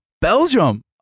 Belgium